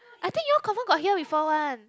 I think you all confirm got hear before one